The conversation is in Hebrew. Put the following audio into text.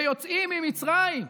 ויוצאים ממצרים,